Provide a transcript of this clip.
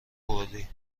کردی